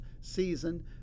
season